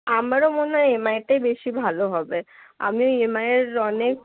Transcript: আমারও মনে হয় এম আইটাই বেশি ভালো হবে আমি এম আইএর অনেক